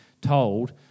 told